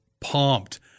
pumped